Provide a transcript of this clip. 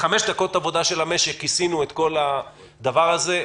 בחמש דקות עבודה של המשק כיסינו את כל הדבר הזה,